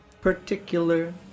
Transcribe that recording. particular